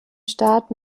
staat